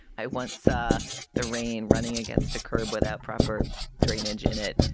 i once saw the rain running against a curb without proper drainage in it,